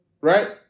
right